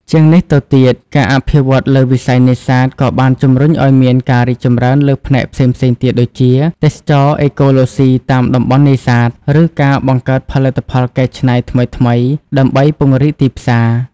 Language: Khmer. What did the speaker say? ជាងនេះទៅទៀត ការអភិវឌ្ឍន៍លើវិស័យនេសាទក៏បានជំរុញឲ្យមានការរីកចម្រើនលើផ្នែកផ្សេងៗទៀតដូចជា ទេសចរណ៍អេកូឡូស៊ីតាមតំបន់នេសាទ ឬការបង្កើតផលិតផលកែច្នៃថ្មីៗដើម្បីពង្រីកទីផ្សារ។